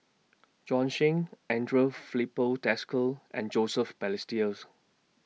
Bjorn Shen Andre Filipe Desker and Joseph Balestier's